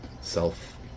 self